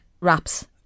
wraps